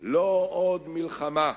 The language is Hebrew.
"לא עוד מלחמה,